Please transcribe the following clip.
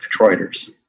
Detroiters